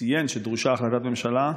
ציין שדרושה החלטת ממשלה,